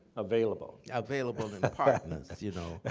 available. available in apartments, you know.